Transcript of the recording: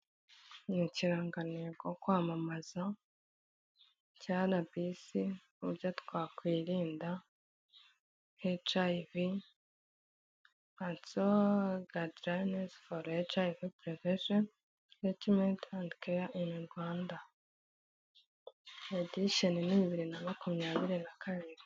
Ni ikirangantego kwamamaza bya RBC n'uburyo twakwirinda HIV guideline for HIV, prevention Treatment and care in Rwanda. Edition ni bibiri na makumyabiri na kabiri.